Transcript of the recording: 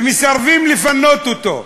ומסרבים לפנות אותו.